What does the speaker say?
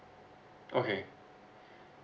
okay